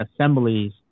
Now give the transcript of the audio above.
assemblies